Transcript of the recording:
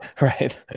Right